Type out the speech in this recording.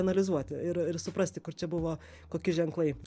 analizuoti ir ir suprasti kur čia buvo kokie ženklai